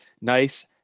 nice